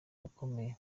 ukomeye